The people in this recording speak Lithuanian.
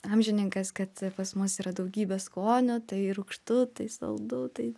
amžininkas kad pas mus yra daugybė skonių tai rūgštu tai saldu tai